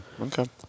Okay